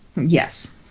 Yes